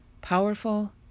powerful